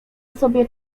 sobie